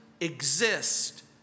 exist